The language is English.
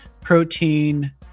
protein